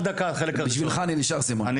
בשבילך אני נשאר סימון.